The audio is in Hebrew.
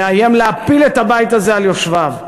מאיים להפיל את הבית הזה על יושביו.